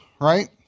right